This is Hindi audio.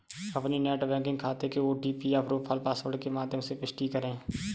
अपने नेट बैंकिंग खाते के ओ.टी.पी या प्रोफाइल पासवर्ड के माध्यम से पुष्टि करें